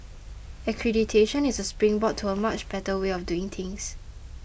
accreditation is a springboard to a much better way of doing things